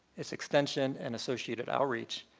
its extension and associated outreach.